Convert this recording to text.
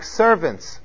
servants